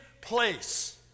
place